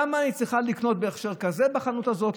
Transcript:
למה היא צריכה לקנות בהכשר כזה בחנות הזו?